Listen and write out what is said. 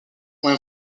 when